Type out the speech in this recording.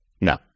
No